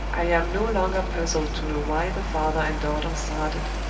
i am no longer puzzled to know why the father and daughter started,